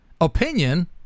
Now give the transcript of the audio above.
opinion